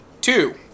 Two